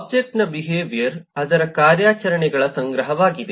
ಒಬ್ಜೆಕ್ಟ್ನ ಬಿಹೇವಿಯರ್ ಅದರ ಕಾರ್ಯಾಚರಣೆಗಳ ಸಂಗ್ರಹವಾಗಿದೆ